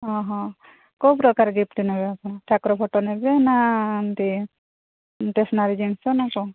ହଁ ହଁ କେଉଁ ପ୍ରକାର ଗିଫ୍ଟ ନେବେ ଆପଣ ଠାକୁର ଫଟୋ ନେବେ ନାଁ ଏମତି ଷ୍ଟେସନାରୀ ଜିନ୍ସ ନାଁ କ'ଣ